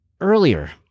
earlier